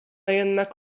jednak